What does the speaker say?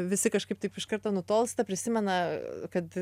visi kažkaip taip iš karto nutolsta prisimena kad